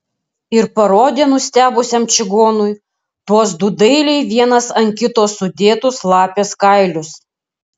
ir parodė nustebusiam čigonui tuos du dailiai vienas ant kito sudėtus lapės kailius